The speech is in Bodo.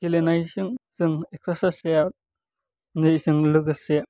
गेलेनायजों जों एक्सारसाइस जों लोगोसे